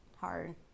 hard